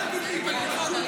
אל תגיד לי --- תירגע.